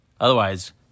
otherwise